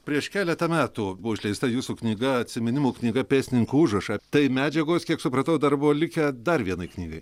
prieš keletą metų buvo išleista jūsų knyga atsiminimų knyga pėstininko užrašai tai medžiagos kiek supratau dar buvo likę dar vienai knygai